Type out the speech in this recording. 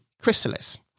chrysalis